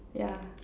yeah